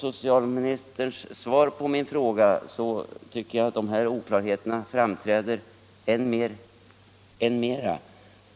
I socialministerns svar på min fråga tycker jag att de här oklarheterna framträder än mera.